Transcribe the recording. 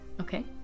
Okay